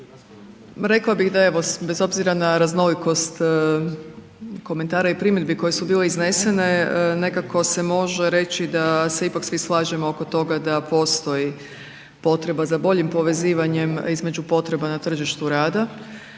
Rekla bih, da evo, bez obzira na raznolikost komentara i primjedbi koje su bile iznesene, nekako se može reći da se ipak svi slažemo oko toga da postoji potreba za boljim povezivanjem između potreba na tržištu rada